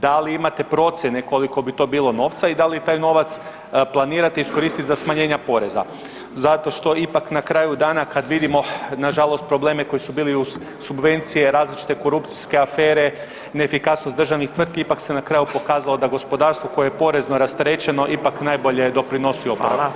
Da li imate procjene koliko bi to bilo novca i da li taj novac planirate iskoristiti za smanjenja poreza zato što ipak na kraju dana kad vidimo, nažalost probleme koji su bili uz subvencije, različite korupcijske afere, neefikasnost državnih tvrtki ipak se na kraju pokazalo da gospodarstvo koje je porezno rasterećeno ipak najbolje doprinosi oporavku.